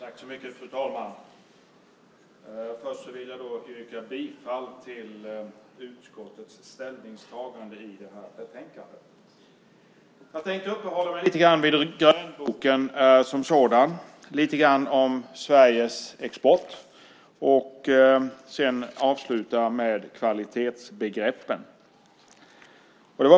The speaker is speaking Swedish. Fru talman! Först vill jag yrka bifall till utskottets förslag i utlåtandet. Jag tänker uppehålla mig lite grann vid grönboken som sådan, lite grann vid Sveriges export och sedan avsluta med kvalitetsbegreppen.